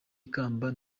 ikamba